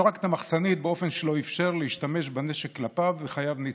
הוא זרק את המחסנית באופן שלא אפשר להשתמש בנשק כלפיו וחייו ניצלו.